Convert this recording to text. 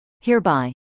Hereby